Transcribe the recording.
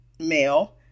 male